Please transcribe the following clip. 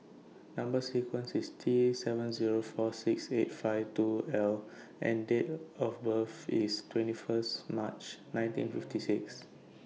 Number sequence IS T seven Zero four six eight five two L and Date of birth IS twenty First March nineteen fifty six